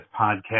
podcast